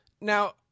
Now